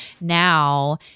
now